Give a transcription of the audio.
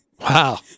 Wow